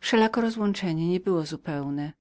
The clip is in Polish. wszelako rozłączenie nie było zupełnem moja